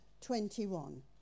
21